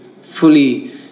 fully